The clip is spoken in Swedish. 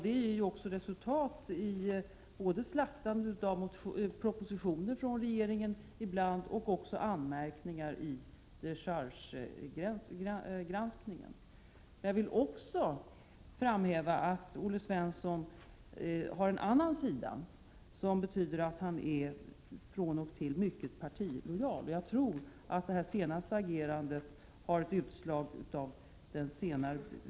Detta ger också resultat ibland i form av slaktande av propositioner från regeringen och även anmärkningar vid dechargegranskningen. Jag vill även framhålla att Olle Svensson har en annan sida, som innebär att han från och till är mycket partilojal. Jag tror att hans senaste agerande har varit utslag av detta senare karaktärsdrag.